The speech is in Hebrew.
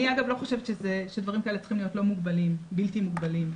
אני אגב לא חושבת שדברים כאלה צריכים להיות בלתי מוגבלים,